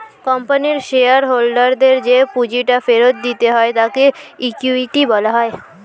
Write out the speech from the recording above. কোম্পানির শেয়ার হোল্ডারদের যে পুঁজিটা ফেরত দিতে হয় তাকে ইকুইটি বলা হয়